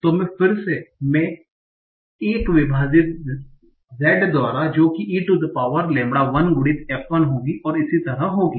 तो फिर से मैं 1 विभाजित Z द्वारा जो कि e to the power lambda 1 गुणित f1 होगी और इसी तरह होगी